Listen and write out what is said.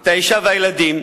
את האשה והילדים,